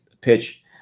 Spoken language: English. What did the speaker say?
pitch